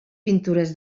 pintures